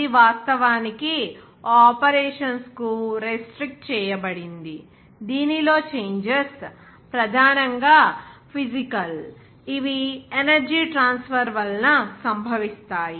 ఇది వాస్తవానికి ఆ ఆపరేషన్స్ కు రెస్ట్రిక్ట్ చేయబడింది దీనిలో చేంజెస్ ప్రధానంగా ఫీజికల్ ఇవి ఎనర్జీ ట్రాన్స్ఫర్ వలన సంభవిస్తాయి